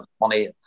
money